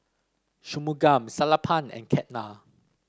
Shunmugam Sellapan and Ketna